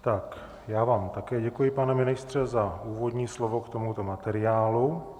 Také vám děkuji, pane ministře, za úvodní slovo k tomuto materiálu.